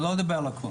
הוא לא דיבר על הכול.